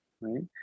right